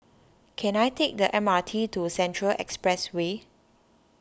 can I take the M R T to Central Expressway